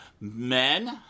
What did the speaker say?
men